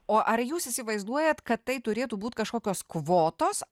o ar jūs įsivaizduojat kad tai turėtų būt kažkokios kvotos